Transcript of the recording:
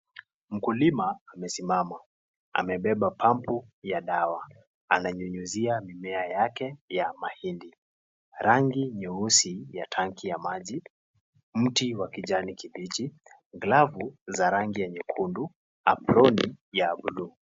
Mkulima amesimama amebeba pampu ya dawa ananyunyuzia mimea yake ya mahindi, rangi nyeusi ya tanki ya maji, mti wa kijani kibichi, glavu za rangi ya nyekundu, aproni ya bulu.